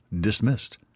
dismissed